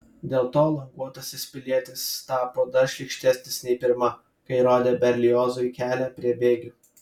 dėl to languotasis pilietis tapo dar šlykštesnis nei pirma kai rodė berliozui kelią prie bėgių